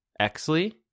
Exley